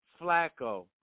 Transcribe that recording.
Flacco